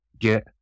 get